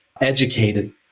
educated